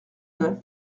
neuf